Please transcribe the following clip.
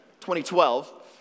2012